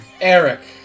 Eric